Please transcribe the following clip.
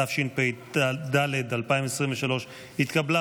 התשפ"ד 2023, נתקבל.